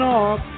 off